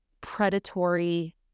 predatory